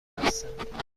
هستم